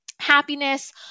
Happiness